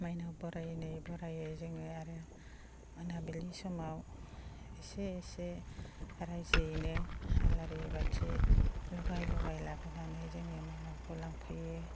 मायनाव बरायै बरायै जोङो आरो मोनाबिलि समाव एसे एसे रायजोयैनो आलारि बाथि लगाय लगाय लाबोनानै जोङो मायनावखौ लांफैयो